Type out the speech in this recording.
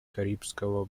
карибского